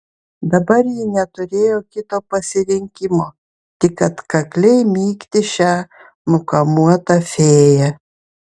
dabar ji neturėjo kito pasirinkimo tik atkakliai mygti šią nukamuotą fėją